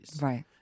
Right